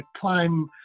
climb